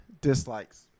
dislikes